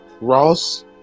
Ross